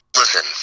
listen